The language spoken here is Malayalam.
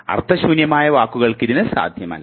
അർത്ഥശൂന്യമായ വാക്കുകൾക്ക് ഇതിന് സാധ്യമല്ല